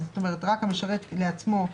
רק המשרת לעצמו,